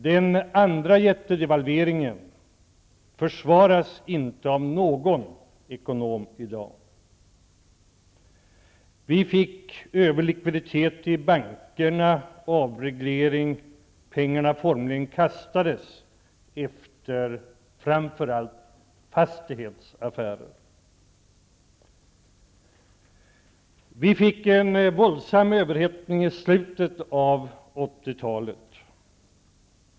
Den andra jättedevalveringen försvaras inte av någon ekonom i dag. Vi fick överlikviditet i bankerna, avreglering, och pengarna formligen kastades efter framför allt dem som gjorde fastighetsaffärer. Vi fick en våldsam överhettning i slutet av 80-talet.